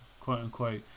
quote-unquote